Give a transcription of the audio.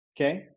okay